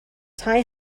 tai